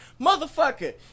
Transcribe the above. motherfucker